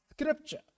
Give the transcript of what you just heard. Scripture